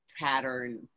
pattern